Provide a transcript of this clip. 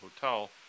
Hotel